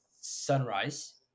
Sunrise